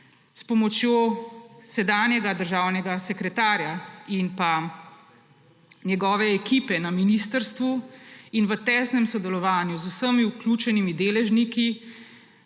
s pomočjo sedanjega državnega sekretarja in pa njegove ekipe na ministrstvu in v tesnem sodelovanju z vsemi vključenimi deležniki